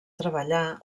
treballar